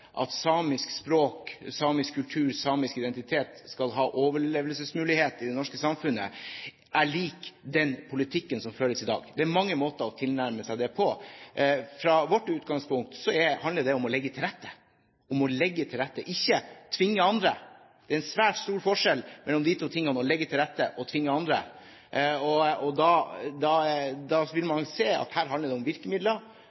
at det å ivareta og legge til rette for at samisk språk, samisk kultur og samisk identitet skal ha overlevelsesmulighet i det norske samfunnet, er lik den politikken som føres i dag. Det er mange måter å tilnærme seg det på. Fra vårt utgangspunkt handler det om å legge til rette, ikke tvinge andre. Det er en svært stor forskjell på de to tingene å legge til rette og å tvinge andre. Da vil man se at her handler det om virkemidler og